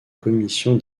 commission